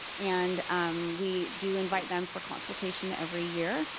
and we do invite them for consultation every year,